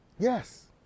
Yes